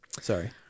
Sorry